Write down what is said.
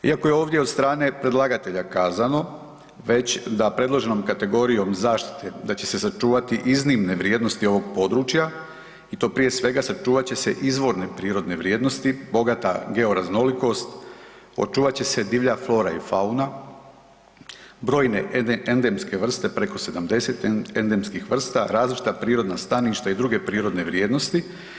Iako je ovdje od strane predlagatelja kazano već da predloženom kategorijom zaštite, da će se sačuvati iznimne vrijednosti ovog područja, i to prije svega, sačuvat će se izvorne prirodne vrijednosti, bogata georaznolikost, očuvat će se divlja flora i fauna, brojne endemske vrste, preko 70 endemskih vrsta, različita prirodna staništa i druge prirodne vrijednosti.